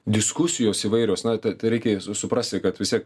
diskusijos įvairios na tą tą reikia suprasti kad vis tiek